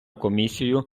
комісію